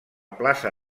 plaça